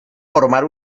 formar